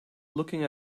looking